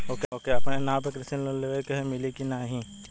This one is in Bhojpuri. ओके अपने नाव पे कृषि लोन लेवे के हव मिली की ना ही?